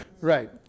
right